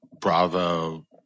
bravo